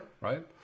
right